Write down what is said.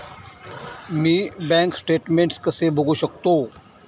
मी bank statement कसे बघू शकतो?